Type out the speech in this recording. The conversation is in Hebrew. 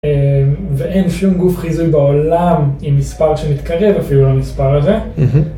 ואין שום גוף חיזוי בעולם עם מספר שמתקרב אפילו למספר הזה.